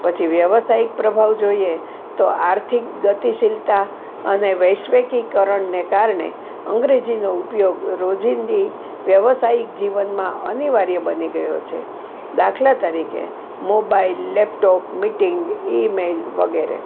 પછી વ્યવસાયિક પ્રભાવ જોઈએ તો આર્થિક ગતિશીલતા અને વૈશ્વિકી કરણને કારણે અંગ્રેજીનો ઉપયોગ રોજીંદી વ્યવસાયિક જીવનમાં અનિવાર્ય બની ગયો છે દાખલા તરીકે મોબાઇલ લેપટોપ મીટીંગ ઈમેલ વગેરે